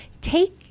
take